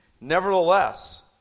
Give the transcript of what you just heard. Nevertheless